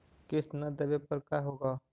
किस्त न देबे पर का होगा?